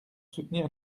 soutenir